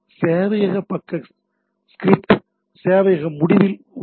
சேவையக பக்க ஸ்கிரிப்ட் சேவையக முடிவில் உள்ளது